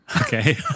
Okay